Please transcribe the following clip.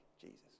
Jesus